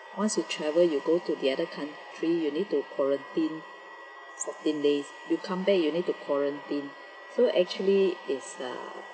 once you travel you go to the other country you need to quarantine fourteen days you come back you need to quarantine so actually it's uh